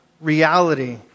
reality